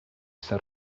está